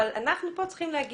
אבל אנחנו כאן צריכים לומר